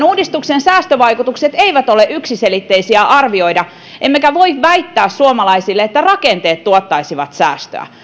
uudistuksen säästövaikutukset eivät ole yksiselitteisiä arvioida emmekä voi väittää suomalaisille että rakenteet tuottaisivat säästöä